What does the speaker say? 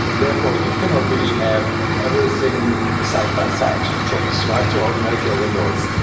and therefore, you cannot really have everything side-by-side to so ah to organize your windows,